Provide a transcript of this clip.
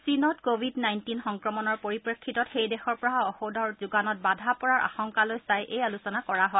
চীনত COVID nineteen সংক্ৰমণৰ পৰিপ্ৰেক্ষিতত সেই দেশৰ পৰা অহা ঔষধৰ যোগানত বাধা পৰাৰ আশংকালৈ চাই এই আলোচনা কৰা হয়